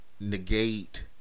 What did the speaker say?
negate